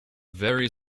very